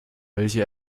welche